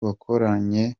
wakoranye